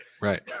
Right